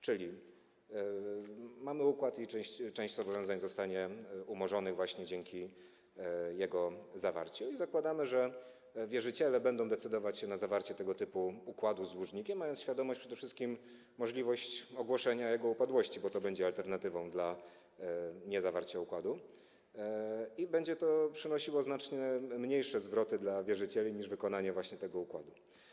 Czyli mamy układ, część zobowiązań zostanie umorzonych właśnie dzięki jego zawarciu, i zakładamy, że wierzyciele będą decydować się na zawarcie tego typu układu z dłużnikiem, mając przede wszystkim świadomość możliwości ogłoszenia jego upadłości, co będzie alternatywą dla niezawarcia układu i będzie przynosiło znacznie mniejsze zwroty dla wierzycieli niż wykonanie tego układu.